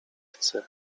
chcę